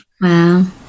wow